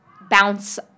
bounce